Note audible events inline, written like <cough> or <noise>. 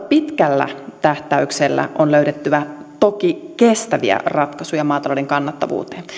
<unintelligible> pitkällä tähtäyksellä on löydettävä toki kestäviä ratkaisuja maatalouden kannattavuuteen